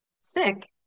sick